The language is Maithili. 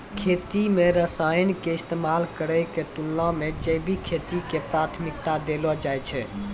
खेती मे रसायन के इस्तेमाल करै के तुलना मे जैविक खेती के प्राथमिकता देलो जाय छै